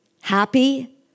happy